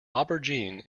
aubergine